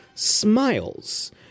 Smiles